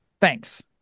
Thanks